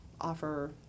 offer